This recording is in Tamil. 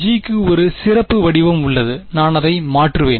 G க்கு ஒரு சிறப்பு வடிவம் உள்ளது நான் அதை மாற்றுவேன்